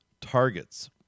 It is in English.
targets